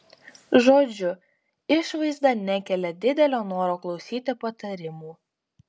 žodžiu išvaizda nekelia didelio noro klausyti patarimų